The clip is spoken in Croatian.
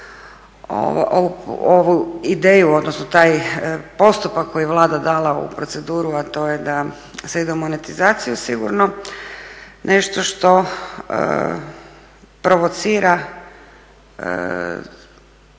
ovu ideju odnosno taj postupak koji je Vlada dala u proceduru, a to je da se ide u monetizaciju sigurno nešto što provocira